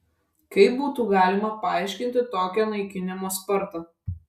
kaip būtų galima paaiškinti tokią naikinimo spartą